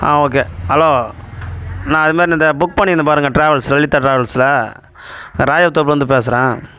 okay hello நான் இது மாதிரி நான் இந்த புக் பண்ணியிருந்தேன் பாருங்கள் ட்ராவல்ஸ் லலிதா ட்ராவல்ஸில் இராயர் தோப்புலேருந்து பேசுகிறேன்